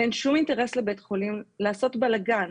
אין שום אינטרס לבית החולים לעשות בלגן,